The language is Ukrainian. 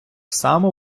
само